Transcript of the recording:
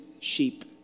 sheep